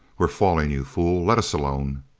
we're falling, you fool let us alone!